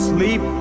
Sleep